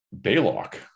Baylock